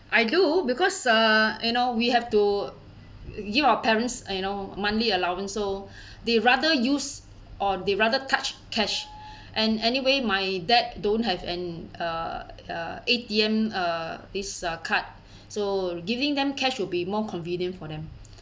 I do because uh you know we have to give our parents you know monthly allowance so they rather use or they rather cash cash and anyway my dad don't have an a uh A_T_M uh this uh card so giving them cash will be more convenient for them